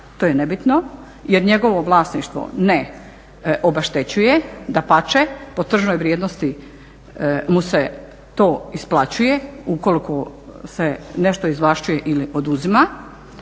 to je nebitno jer njegovo vlasništvo ne obeštećuje, dapače po tržnoj vrijednosti mu se to isplaćuje ukoliko se nešto izvlašćuje ili oduzima,